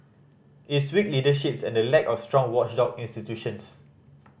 it's weak leaderships and the lack of strong watchdog institutions